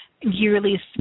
yearly